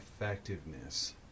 effectiveness